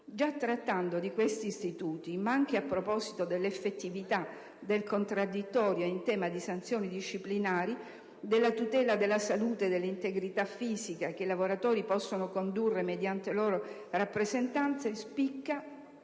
Già trattando di questi istituti, ma anche a proposito dell'effettività del contraddittorio in tema di sanzioni disciplinari (articolo 7), della tutela della salute e dell'integrità fisica, che i lavoratori possono condurre mediante loro rappresentante